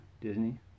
disney